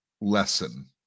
lesson